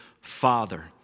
father